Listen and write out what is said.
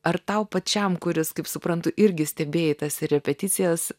ar tau pačiam kuris kaip suprantu irgi stebėjai tas repeticijas